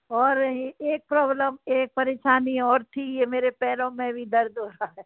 और एक मतलब एक परेशानी और थी ये मेरे पैरों में भी दर्द हो रहा है